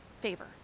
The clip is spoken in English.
favor